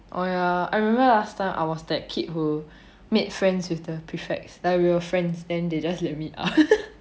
oh ya I remember last time I was that kid who made friends with the prefects like we were friends then they just let me up